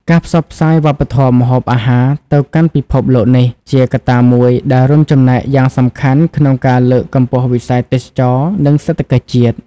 ការផ្សព្វផ្សាយវប្បធម៌ម្ហូបអាហារទៅកាន់ពិភពលោកនេះ ជាកត្តាមួយដែលរួមចំណែកយ៉ាងសំខាន់ក្នុងការលើកកម្ពស់វិស័យទេសចរណ៍ និងសេដ្ឋកិច្ចជាតិ។